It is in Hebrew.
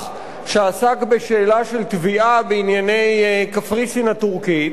שעסק בשאלה של תביעה בענייני קפריסין הטורקית,